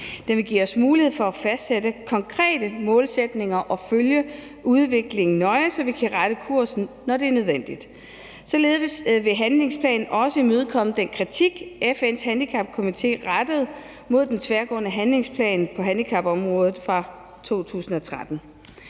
Den vil give os mulighed for at fastsætte konkrete målsætninger og følge udviklingen nøje, så vi kan rette kursen, når det er nødvendigt. Således vil handlingsplanen også imødekomme den kritik, FN's Handicapkomité rettede mod den tværgående handlingsplan på handicapområdet fra 2013.